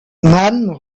mann